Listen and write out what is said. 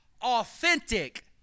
Authentic